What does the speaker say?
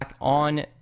...on